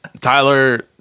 tyler